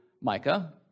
Micah